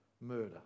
murder